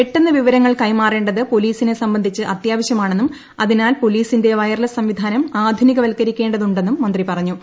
പെട്ടെന്ന് വിവരങ്ങൾ കൈമാറേണ്ടത് പോലീസിനെ സംബന്ധിച്ച് അത്യാവശ്യമാണെന്നും അതിനാൽ പോലീസിന്റ വയർലെസ് സംവിധാനം അധുനികവത്ക്കരിക്കേണ്ടതുണ്ടെന്നും മന്ത്രി പറഞ്ഞു